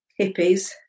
hippies